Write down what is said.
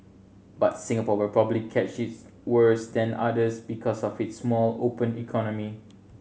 but Singapore will probably catch its worse than others because of its small open economy